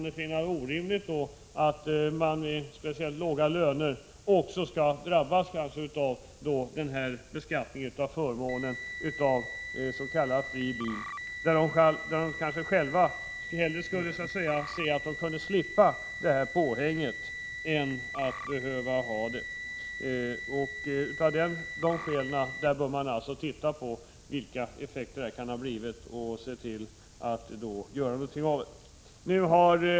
Det är orimligt att speciellt människor som har låga löner skall kunna drabbas även av beskattningen av förmånen av s.k. fri bil. De skulle kanske själva helst vilja slippa detta påhäng. Av dessa skäl bör man se över vilka effekter detta har fått och se till att man gör något åt det.